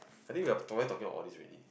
I think we are talking about all this already